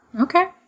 Okay